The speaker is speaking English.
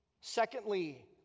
Secondly